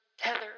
Heather